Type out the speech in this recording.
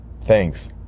thanks